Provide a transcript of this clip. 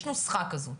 יש איזו נוסחה כזו,